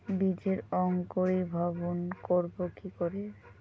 বীজের অঙ্কুরিভবন করব কি করে?